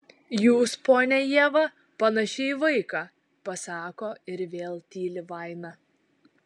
jūs ponia ieva panaši į vaiką pasako ir vėl tyli vaina